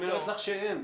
היא אומרת לך שאין.